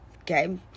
okay